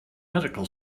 medical